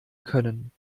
können